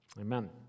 Amen